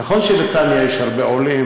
נכון שבנתניה יש הרבה עולים,